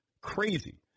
crazy